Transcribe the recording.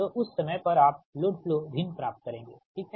तो उस समय पर आप लोड फ्लो भिन्न प्राप्त करेंगे ठीक है